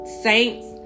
Saints